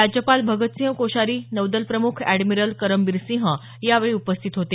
राज्यपाल भगत सिंह कोश्यारी नौदल प्रमुख अँडमिरल करमबीर सिंह यावेळी उपस्थित होते